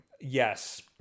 Yes